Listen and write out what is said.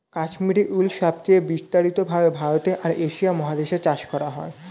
Kashmiri wool সবচেয়ে বিস্তারিত ভাবে ভারতে আর এশিয়া মহাদেশে চাষ করা হয়